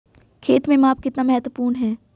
खेत में माप कितना महत्वपूर्ण है?